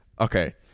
Okay